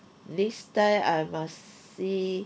next time I must see